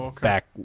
back